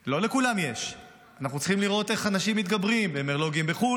לא לכולם יש; אנחנו צריכים לראות איך אנשים מתגברים ממרלו"גים בחו"ל,